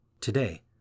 Today